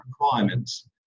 requirements